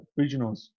Regionals